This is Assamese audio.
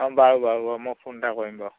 অ' বাৰু বাৰু বাৰু মই ফোন এটা কৰিম বাৰু